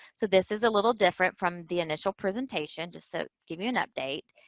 so, this is a little different from the initial presentation, just to give you an update.